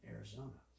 Arizona